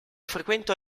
frequentò